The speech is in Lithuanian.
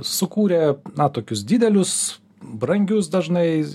sukūrė na tokius didelius brangius dažnai